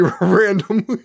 randomly